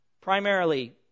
primarily